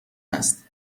است